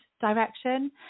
direction